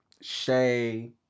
Shay